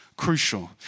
crucial